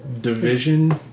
division